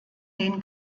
den